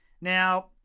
Now